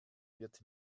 wird